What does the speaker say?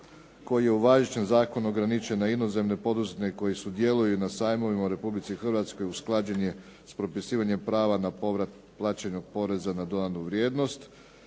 koji je u važećem zakonu ograničen na inozemne, poduzetne i koji sudjeluju i na sajmovima u Republici Hrvatskoj usklađen je s propisivanjem prava na povrat plaćenog poreza na dodanu vrijednost